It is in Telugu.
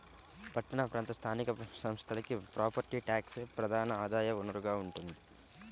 పట్టణ ప్రాంత స్థానిక సంస్థలకి ప్రాపర్టీ ట్యాక్సే ప్రధాన ఆదాయ వనరుగా ఉంటోంది